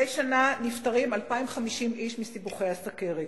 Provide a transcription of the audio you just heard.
מדי שנה נפטרים 2,050 איש מסיבוכי הסוכרת.